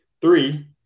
Three